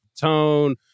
tone